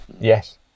Yes